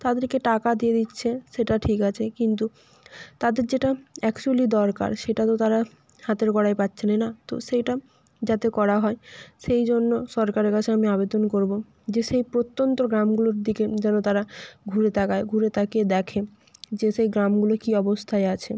তাদেরকে টাকা দিয়ে দিচ্ছে সেটা ঠিক আছে কিন্তু তাদের যেটা অ্যাকচুলি দরকার সেটা তো তারা হাতের গোড়ায় পাচ্ছে না না তো সেইটা যাতে করা হয় সেই জন্য সরকারের কাছে আমি আবেদন করবো যে সে প্রত্যন্ত গ্রামগুলোর দিকে যেন তারা ঘুরে তাকায় ঘুরে তাকিয়ে দেখে যে সেই গ্রামগুলো কি অবস্থায় আছে